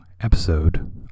episode